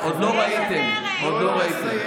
עוד לא ראיתם, עוד לא ראיתם.